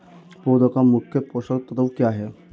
पौधे का मुख्य पोषक तत्व क्या हैं?